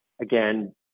Again